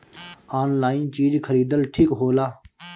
Online चीज खरीदल ठिक होला?